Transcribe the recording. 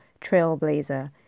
trailblazer